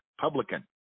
publican